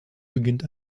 beginnt